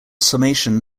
summation